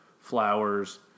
Flowers